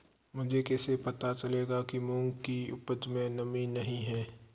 मुझे कैसे पता चलेगा कि मूंग की उपज में नमी नहीं है?